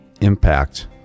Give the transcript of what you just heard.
impact